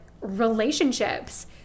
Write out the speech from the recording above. relationships